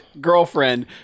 girlfriend